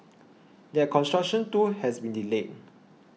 that construction too has been delayed